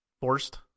forced-